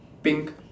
pink